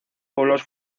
pueblos